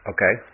Okay